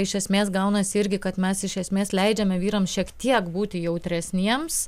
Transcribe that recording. iš esmės gaunasi irgi kad mes iš esmės leidžiame vyrams šiek tiek būti jautresniems